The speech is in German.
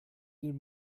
den